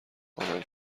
کامل